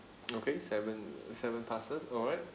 okay seven seven pastas alright